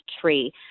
tree